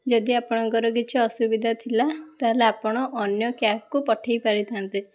ଯଦି ଆପଣଙ୍କର କିଛି ଅସୁବିଧା ଥିଲା ତାହେଲେ ଆପଣ ଅନ୍ୟ କ୍ୟାବକୁ ପଠେଇ ପାରିଥାନ୍ତେ